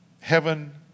heaven